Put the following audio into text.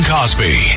Cosby